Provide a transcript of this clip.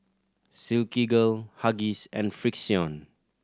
Silkygirl Huggies and Frixion